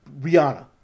rihanna